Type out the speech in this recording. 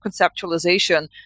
conceptualization